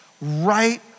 right